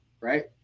right